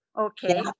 okay